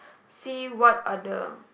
see what are the